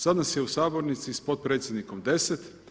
Sad nas je u sabornici s potpredsjednikom 10.